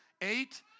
Eight